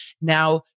Now